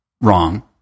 wrong